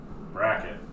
bracket